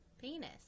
Penis